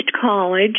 college